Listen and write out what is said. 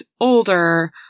older